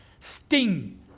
Sting